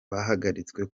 bahagaritswe